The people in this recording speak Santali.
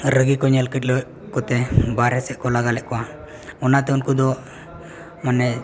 ᱨᱟᱹᱜᱤᱠᱚ ᱧᱮᱞ ᱠᱟᱹᱰᱞᱟᱹᱣᱚᱜ ᱠᱚᱛᱮ ᱵᱟᱨᱦᱮ ᱥᱮᱫ ᱠᱚ ᱞᱟᱜᱟᱞᱮᱫ ᱠᱚᱣᱟ ᱚᱱᱟᱛᱮ ᱩᱱᱠᱩ ᱫᱚ ᱢᱟᱱᱮ